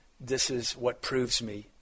this-is-what-proves-me